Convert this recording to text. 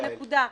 נקודה.